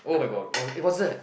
[oh]-my-god what eh what's that